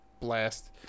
blast